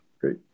great